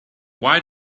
why